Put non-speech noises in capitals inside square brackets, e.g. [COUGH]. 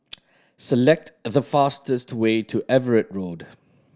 [NOISE] select the fastest way to Everitt Road